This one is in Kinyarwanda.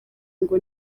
ngo